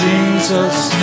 Jesus